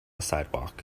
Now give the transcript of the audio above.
sidewalk